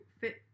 fit